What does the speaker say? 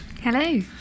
Hello